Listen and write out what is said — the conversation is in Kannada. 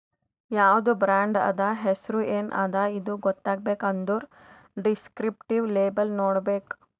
ಯಾವ್ದು ಬ್ರಾಂಡ್ ಅದಾ, ಹೆಸುರ್ ಎನ್ ಅದಾ ಇದು ಗೊತ್ತಾಗಬೇಕ್ ಅಂದುರ್ ದಿಸ್ಕ್ರಿಪ್ಟಿವ್ ಲೇಬಲ್ ನೋಡ್ಬೇಕ್